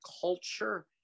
culture